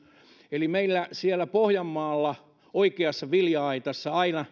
eli meillä siellä pohjanmaalla oikeassa vilja aitassa aina